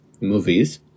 movies